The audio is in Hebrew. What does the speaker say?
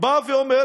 בא ואמר